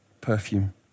Perfume